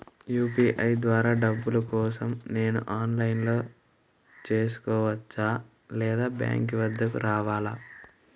UPI ద్వారా డబ్బులు కోసం నేను ఆన్లైన్లో చేసుకోవచ్చా? లేదా బ్యాంక్ వద్దకు రావాలా?